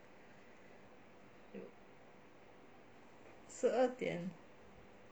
十二点